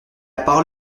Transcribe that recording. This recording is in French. parole